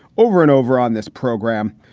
over and over on this program,